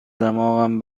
دماغم